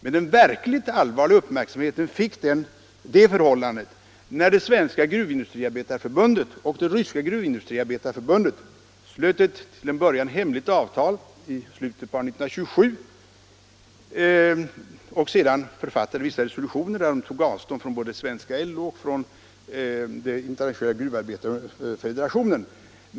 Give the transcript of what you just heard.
Men den verkliga uppmärksamheten skapades av det förhållandet att det svenska gruvindustriarbetarförbundet och det ryska gruvindustriarbetarförbundet slöt ett till en början hemligt avtal i slutet av 1927 och sedan författade vissa resolutioner, där de tog avstånd både från svenska LO och från den internationella gruvarbetarfederationen.